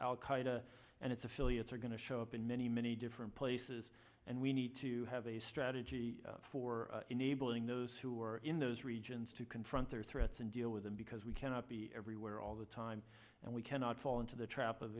qaeda and its affiliates are going to show up in many many different places and we need to have a strategy for enabling those who are in those regions to confront their threats and deal with them because we cannot be everywhere all the time and we cannot fall into the trap of